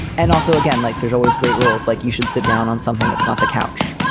and also, again, like there's always great rules. like you should sit down on something that's not the couch,